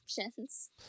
options